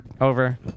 over